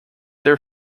their